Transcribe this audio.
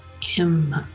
Kim